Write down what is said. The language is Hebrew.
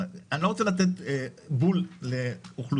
אני לא רוצה לתת בול לאוכלוסייה,